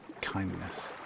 kindness